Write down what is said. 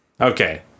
Okay